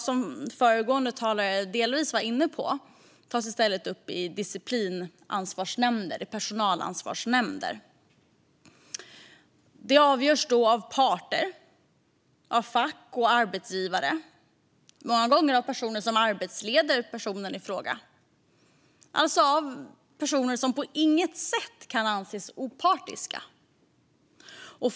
Som föregående talare delvis var inne på tas ringa fall i stället upp i disciplinansvarsnämnder och personalansvarsnämnder. Fallen avgörs då av parter, såsom fack och arbetsgivare. Många gånger avgörs de av personer som arbetsleder personen i fråga, alltså sådana som på inget sätt kan anses vara opartiska.